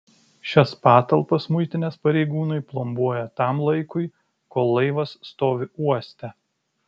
šias patalpas muitinės pareigūnai plombuoja tam laikui kol laivas stovi uoste